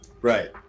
Right